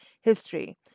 history